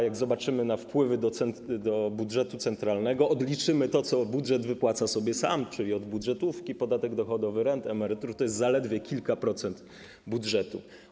Jak spojrzymy na wpływy do budżetu centralnego, odliczymy to, co budżet wypłaca sobie sam, czyli budżetówka, podatek dochodowy, renty, emerytury, to jest to zaledwie kilka procent budżetu.